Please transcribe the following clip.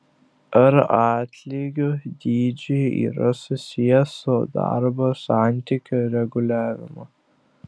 ar atlygių dydžiai yra susiję su darbo santykių reguliavimu